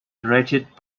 directed